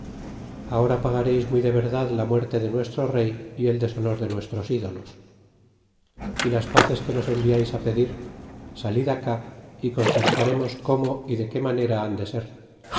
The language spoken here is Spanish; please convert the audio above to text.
ahora pagareis muy de verdad la muerte de nuestro rey y el deshonor de nuestros ídolos y las pazes que nos enviais pedir salid acá y concertaremos cómo y de qué manera han de ser